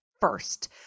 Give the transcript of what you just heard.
first